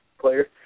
player